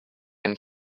and